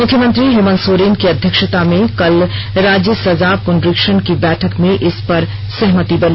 मुख्यमंत्री हेमंत सोरेन की अध्यक्षता में कल राज्य सजा पुनरीक्षण परिशद की बैठक में इसपर सहमति बनी